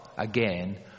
again